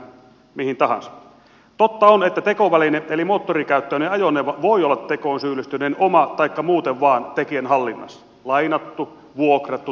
totta on että tekoväline eli moottorikäyttöinen ajoneuvo voi olla tekoon syyllistyneen oma taikka muuten vain tekijän hallinnassa lainattu vuokrattu tai muuten